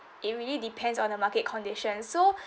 it really depends on the market condition so